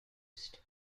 used